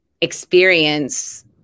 experience